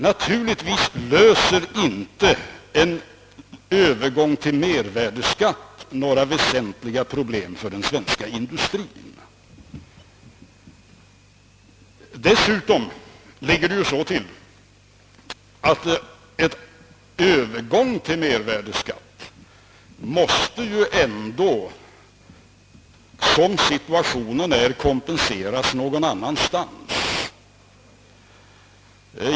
Naturligtvis löser inte en mervärdeskatt några väsentliga problem för den svenska industrien. Dessutom ligger det så till, att en övergång till mervärdeskatt, som situationen är, måste kompenseras någon annanstans.